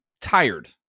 tired